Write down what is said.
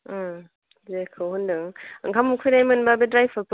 जेखौ होन्दों ओंखाम उखैनाय मोनबा बे द्राइफ्रुइट फ्रुइट